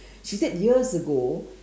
she said years ago